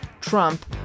Trump